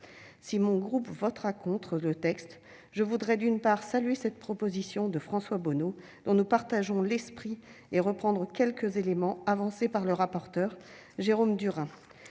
Si mon groupe votera contre le texte, je voudrais saluer cette proposition de François Bonneau, dont nous partageons l'esprit, et reprendre quelques éléments avancés par le rapporteur Jérôme Durain.